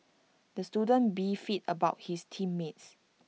the student beefed about his team mates